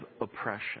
oppression